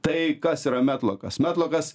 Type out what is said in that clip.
tai kas yra metlokas metlokas